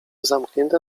zamknięte